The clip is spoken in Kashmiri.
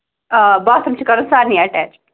آ باتھروٗم چھُ کَرُن سارنی ایٹیچ